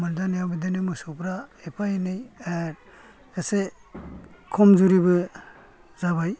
खम मोनजानायाव बिदिनो मोसौफ्रा एफा एनै एसे खमजुरिबो जाबाय